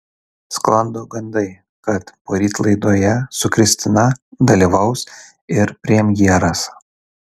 sklando gandai kad poryt laidoje su kristina dalyvaus ir premjeras